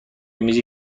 میزی